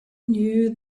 knew